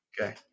Okay